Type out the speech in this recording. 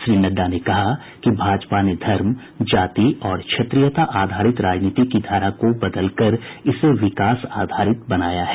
श्री नड्डा ने कहा कि भाजपा ने धर्म जाति और क्षेत्रीयता आधारित राजनीति की धारा को बदलकर इसे विकास आधारित बनाया है